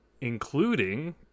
including